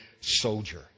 soldier